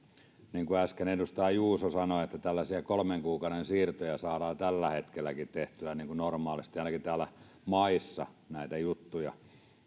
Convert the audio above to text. äsken edustaja juuso sanoi että tällaisia kolmen kuukauden siirtoja saadaan tällä hetkelläkin tehtyä normaalisti ainakin täällä maissa näitä juttuja